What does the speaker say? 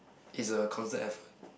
is a constant effort